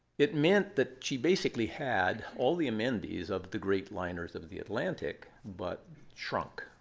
it meant that she basically had all the amenities of the great liners of of the atlantic, but shrunk,